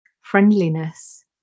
friendliness